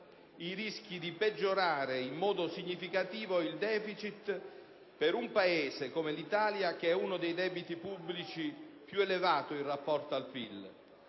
i rischi di peggiorare in modo significativo il *deficit* per un Paese come l'Italia che ha uno dei debiti pubblici più elevati in rapporto al PIL.